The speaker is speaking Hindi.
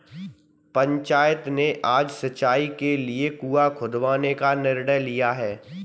पंचायत ने आज सिंचाई के लिए कुआं खुदवाने का निर्णय लिया है